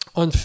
on